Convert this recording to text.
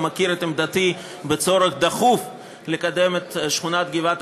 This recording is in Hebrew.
הוא מכיר את עמדתי בדבר הצורך הדחוף לקדם את שכונת גבעת